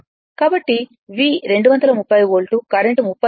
కాబట్టి V 230 volt current 35